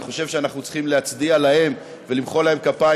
ואני חושב שאנחנו צריכים להצדיע להם ולמחוא להם כפיים,